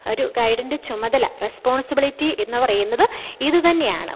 ഒരു ഗൈഡിൻ്റെ ചുമതല റസ്പോൺസിബിലിറ്റി എന്നു പറയുന്നത് ഇതു തന്നെയാണ്